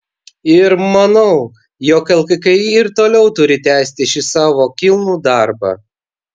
ir manau jog lkki ir toliau turi tęsti šį savo kilnų darbą